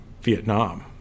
Vietnam